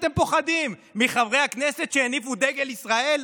ממי אתם פוחדים, מחברי הכנסת שהניפו דגל ישראל?